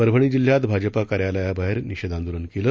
परभणी जिल्ह्यात भाजपा कार्यालयात निषेध आंदोलन केलं